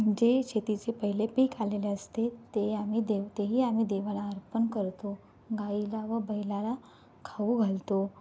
जे शेतीचे पहिले पीक आलेले असते ते आम्ही देव तेही आम्ही देवाला अर्पण करतो गाईला व बैलाला खाऊ घालतो